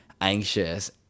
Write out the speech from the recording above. anxious